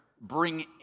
bring